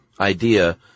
idea